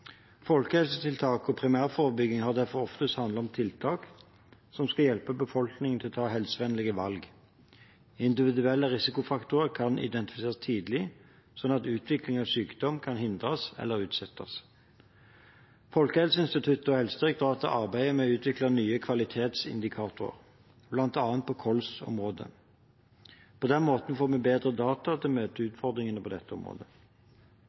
Folkehelsetiltak og primærforebygging har derfor oftest handlet om tiltak som skal hjelpe befolkningen til å ta helsevennlige valg. Individuelle risikofaktorer kan identifiseres tidlig, slik at utvikling av sykdom kan hindres eller utsettes. Folkehelseinstituttet og Helsedirektoratet arbeider med å utvikle nye kvalitetsindikatorer, bl.a. på kols-området. På den måten får vi bedre data til å møte utfordringene på dette området.